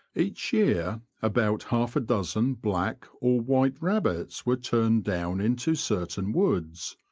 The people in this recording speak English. each year about half-a-dozen black or white rabbits were turned down into certain woods.